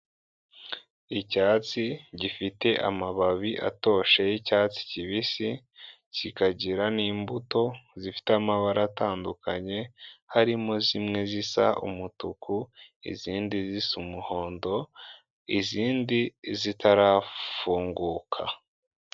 Icyatsi gifite amababi atoshye y'icyatsi kibisi kikagira n'imbuto zifite amabara atandukanye harimo zimwe zisa umutuku, izindi zisa umuhondo, izindi zitarafunguka.